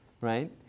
Right